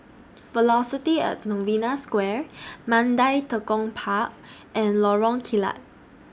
Velocity At Novena Square Mandai Tekong Park and Lorong Kilat